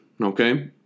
okay